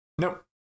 Nope